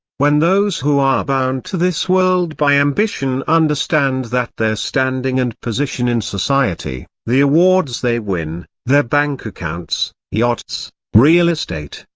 when those who are bound to this world by ambition understand that their standing and position in society, the awards they win, their bank accounts, yachts, real estate,